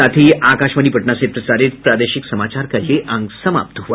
इसके साथ ही आकाशवाणी पटना से प्रसारित प्रादेशिक समाचार का ये अंक समाप्त हुआ